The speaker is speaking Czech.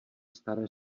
staré